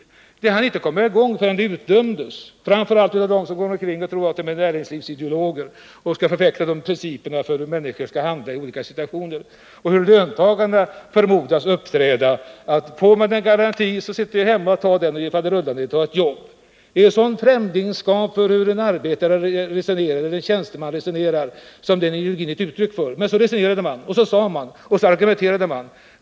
Verksamheten hann inte komma i gång förrän den utdömdes, framför allt av dem som går omkring och är näringslivsideologer och förfäktar principer för hur människor kommer att handla i olika situationer och hur löntagare förmodas uppträda; får någon en garanti så sitter han bara hemma och tar emot den och ger fadderullan i att ta ett jobb. Det är ett sådant främlingskap inför hur en arbetare eller en tjänsteman resonerar som här kommer till uttryck. Men så sade man, och så argumenterade man.